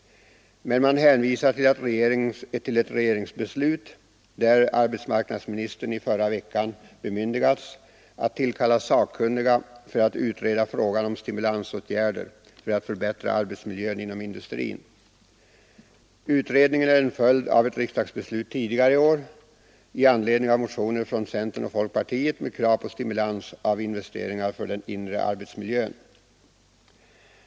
Men man hänvisar till ett regeringsbeslut, där arbetsmarknadsministern i förra veckan bemyndigats att tillkalla sakkunniga för att utreda frågan om stimulansåtgärder för att förbättra arbetsmiljön inom industrin. Utredningen är en följd av ett riksdagsbeslut tidigare i år i anledning av motioner från centern och folkpartiet med krav på stimulans av investeringar för den inre miljön.